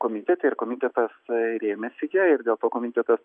komitete ir komitetas rėmėsi ja ir dėl to komitetas